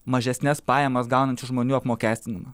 mažesnes pajamas gaunančių žmonių apmokestinimą